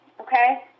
okay